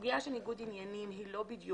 הסוגיה של ניגוד עניינים היא לא בדיוק